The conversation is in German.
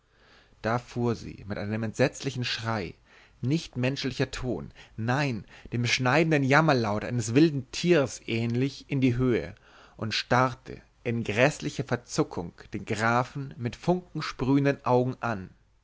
da fuhr sie mit einem entsetzlichen schrei nicht menschlicher ton nein dem schneidenden jammerlaut eines wilden tiers ähnlich in die höhe und starrte in gräßlicher verzuckung den grafen mit funkensprühenden augen an